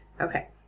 Okay